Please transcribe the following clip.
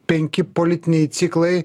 penki politiniai ciklai